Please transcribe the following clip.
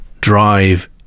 drive